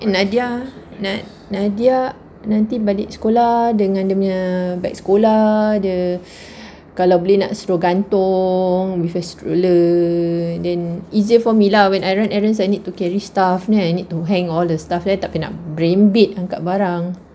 eh nadia nadia nanti balik sekolah dengan dia punya beg sekolah ada kalau boleh nak suruh gantung with her stroller then easier for me lah when I run errands I need to carry stuff then I need to hang all the stuff there takkan nak berembet angkat barang